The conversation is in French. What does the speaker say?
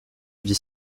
vit